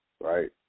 right